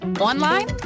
Online